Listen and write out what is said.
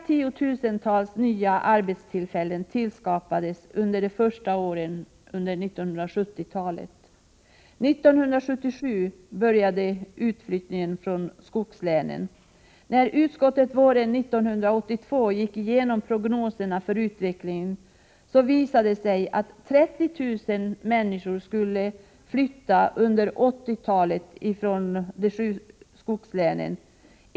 Tiotusentals nya arbetstillfällen tillskapades under de första åren av 1970-talet. 1977 började utflyttningen från skogslänen. När utskottet våren 1982 gick igenom prognoserna för utvecklingen visade det sig att 30 000 människor skulle flytta från de sju skogslänen under 1980-talet.